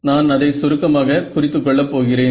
நான் அதை சுருக்கமாக குறித்துக் கொள்ள போகிறேன்